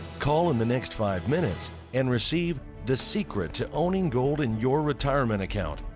call in the next five minutes and receive the secret to owning gold in your retirement account,